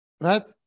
right